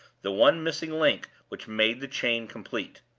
the one missing link which made the chain complete.